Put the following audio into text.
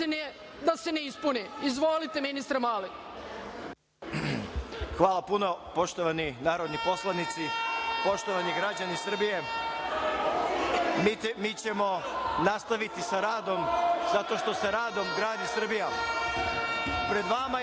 da se ne ispune. Izvolite, ministre Mali.